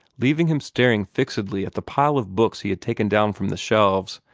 leaving him staring fixedly at the pile of books he had taken down from the shelves,